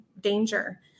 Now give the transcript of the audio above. danger